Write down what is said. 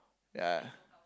ya